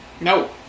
No